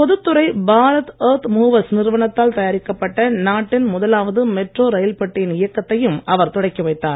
பொதுத் துறை Bharat earth movers நிறுவனத்தால் தயாரிக்கப்பட்ட நாட்டின் முதலாவது மெட்ரோ ரயில் பெட்டியின் இயக்கத்தையும் அவர் தொடக்கி வைத்தார்